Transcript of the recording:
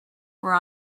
were